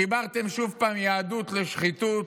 חיברתם שוב פעם יהדות לשחיתות,